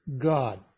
God